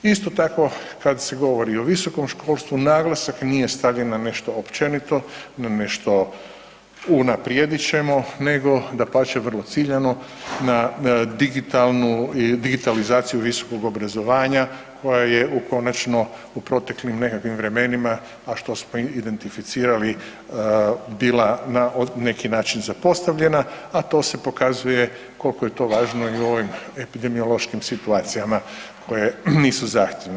Isto tako, kad se govori o visokom školstvu, naglasak nije stavljen na nešto općenito, na nešto unaprijedit ćemo, nego dapače, vrlo ciljano, na digitalnu, digitalizaciju visokog obrazovanja, koja je u konačno u proteklim nekakvim vremenima, a što smo identificirali, bila na neki način zapostavljena, a to se pokazuje koliko je to važno i u ovim epidemiološkim situacijama koje nisu zahtjevne.